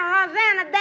Rosanna